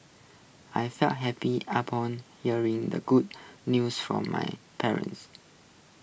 I felt happy upon hearing the good news from my parents